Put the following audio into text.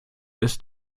ist